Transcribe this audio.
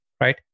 right